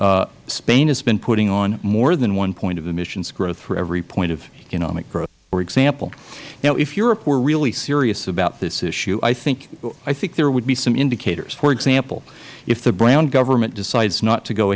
growth spain has been putting on more than one point of emissions growth for every point of economic growth for example now if europe were really serious about this issue i think there would be some indicators for example if the brown government decides not to go